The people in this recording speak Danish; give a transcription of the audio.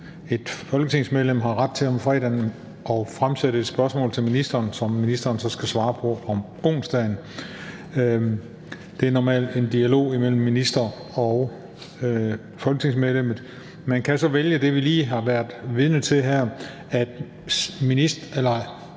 et folketingsmedlem har ret til om fredagen at fremsætte et spørgsmål til ministeren, som ministeren så skal svare på om onsdagen. Det er normalt en dialog imellem ministeren og folketingsmedlemmet. Man kan så vælge det, vi lige har været vidne til her, nemlig at et